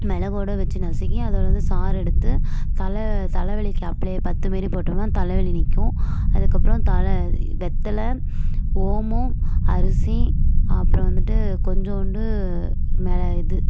மிளகோட வச்சி நசுக்கி அதிலருந்து சாறு எடுத்து தலை தலை வலிக்கு அப்ளே பத்து மாதிரி போட்டோம்னா தலைவலி நிற்கும் அதுக்கப்பறம் தலை வெத்தலை ஓமம் அரிசி அப்புறம் வந்துட்டு கொஞ்சண்டு மிள இது